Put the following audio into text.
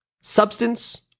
Substance